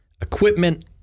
equipment